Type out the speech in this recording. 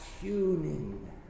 tuning